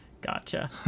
Gotcha